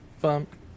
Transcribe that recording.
bump